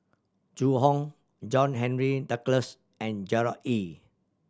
Zhu Hong John Henry Duclos and Gerard Ee